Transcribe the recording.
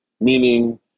Meaning